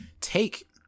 take